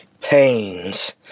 pains